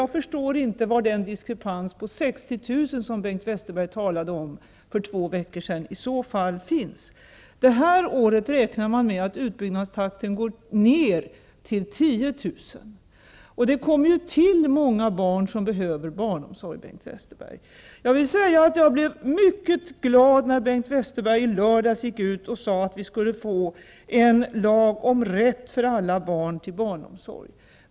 Jag förstår inte vad den diskrepans på 60 000 som Bengt Westerberg talade om för två veckor sedan i så fall finns. Det här året räknar man med att utbyggnadstakten går ner till 10 000, och det kommer ju till många barn som behöver barnomsorg, Bengt Westerberg. Jag vill säga att jag blev mycket glad när Bengt Westerberg i lördags gick ut och sade att vi skulle få en lag om rätt för alla barn till barnomsorg.